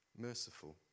Merciful